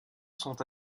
sont